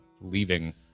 leaving